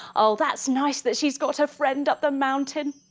oh that's nice that she's got her friend up the mountain.